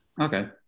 Okay